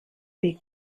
weg